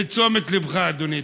לתשומת לבך, אדוני.